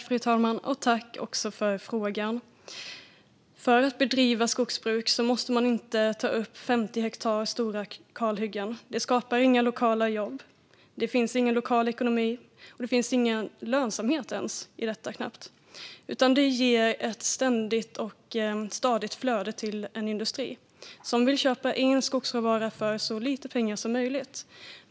Fru talman! Jag tackar för frågan. För att bedriva skogsbruk måste man inte ta upp 50 hektar stora kalhyggen. Det skapar inga lokala jobb. Det finns ingen lokal ekonomi i detta, och det finns knappt ens någon lönsamhet i det. Det ger ett ständigt och stadigt flöde till en industri som vill köpa in skogsråvara för så lite pengar som möjligt.